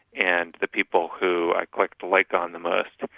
and the people who i clicked like on the most.